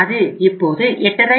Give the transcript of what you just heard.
எனது அது இப்போது 8